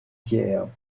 tiers